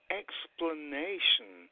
explanation